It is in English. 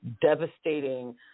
devastating